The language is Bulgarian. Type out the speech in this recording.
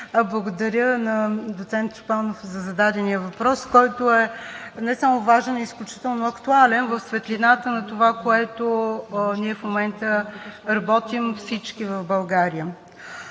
Благодаря на доцент Чобанов за зададения въпрос, който е не само важен, но и изключително актуален в светлината на това, което работим в момента всички в България.